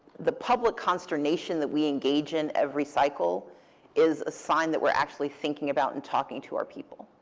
the public consternation that we engage in every cycle is a sign that we're actually thinking about and talking to our people.